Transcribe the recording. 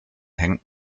hängt